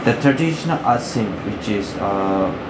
the traditional arts scene which err